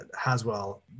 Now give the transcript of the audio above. Haswell